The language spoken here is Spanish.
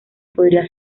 podría